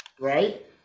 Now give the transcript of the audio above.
Right